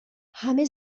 همه